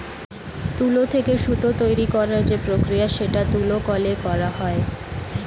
তুলো থেকে সুতো তৈরী করার যে প্রক্রিয়া সেটা তুলো কলে করা হয়